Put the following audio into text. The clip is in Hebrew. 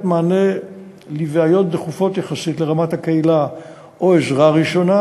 מענה לבעיות דחופות יחסית לרמת הקהילה או עזרה ראשונה,